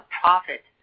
profit